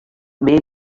may